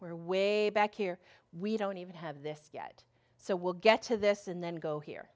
where way back here we don't even have this yet so we'll get to this and then go here